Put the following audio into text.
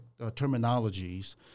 terminologies